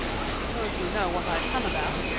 suppose you know what i've come about,